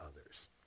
others